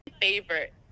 favorite